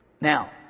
Now